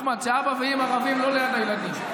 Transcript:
אחמד, כשאבא ואימא רבים, לא ליד הילדים.